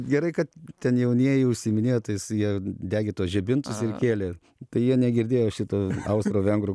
gerai kad ten jaunieji užsiiminėjo tais jie degė tuos žibintus ir kėlė tai jie negirdėjo šito austro vengrų